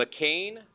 McCain